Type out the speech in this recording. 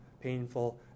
painful